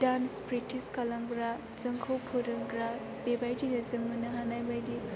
dance practice खालामग्रा जोंखौ फोरोंग्रा बेबायदिनो जों मोननो हानाय बायदि